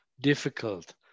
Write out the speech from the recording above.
difficult